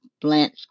Blanche